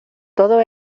todo